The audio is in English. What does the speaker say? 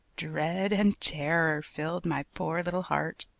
dread and terror filled my poor little heart.